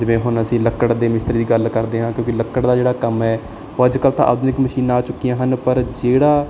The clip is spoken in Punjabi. ਜਿਵੇਂ ਹੁਣ ਅਸੀਂ ਲੱਕੜ ਦੇ ਮਿਸਤਰੀ ਦੀ ਗੱਲ ਕਰਦੇ ਹਾਂ ਕਿਉਂਕਿ ਲੱਕੜ ਦਾ ਜਿਹੜਾ ਕੰਮ ਹੈ ਉਹ ਅੱਜ ਕੱਲ੍ਹ ਤਾਂ ਆਧੁਨਿਕ ਮਸ਼ੀਨਾਂ ਆ ਚੁੱਕੀਆਂ ਹਨ ਪਰ ਜਿਹੜਾ